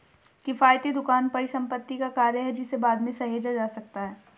किफ़ायती दुकान परिसंपत्ति का कार्य है जिसे बाद में सहेजा जा सकता है